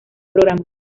programa